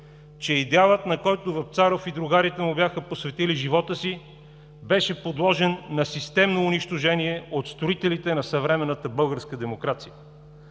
че идеалът, на който Вапцаров и другарите му бяха посветили живота си, беше подложен на системно унищожение от „строителите“ на съвременната българска демокрация.